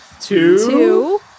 Two